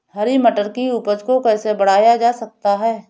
हरी मटर की उपज को कैसे बढ़ाया जा सकता है?